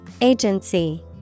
Agency